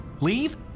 Leave